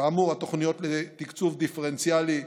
כאמור, התוכניות לתקצוב דיפרנציאלי,